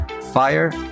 fire